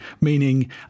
meaning